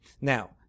Now